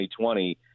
2020